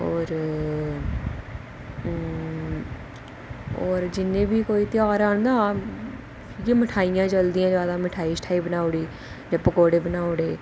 और जिन्ने बी कोई ध्यार हैन न इ'यै मिठाइ यां चलदियां जादा मिठाई शठाईपकौड़े शकौड़े बना